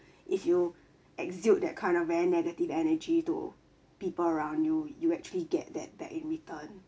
if you exude that kind of very negative energy to people around you you actually get that back in return